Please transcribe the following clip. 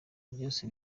byose